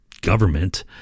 government